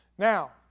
Now